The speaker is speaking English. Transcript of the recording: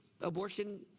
Abortion